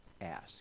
ask